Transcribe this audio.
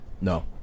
No